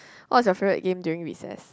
what was your favourite game during recess